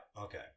Okay